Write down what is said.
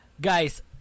guys